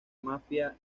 mafia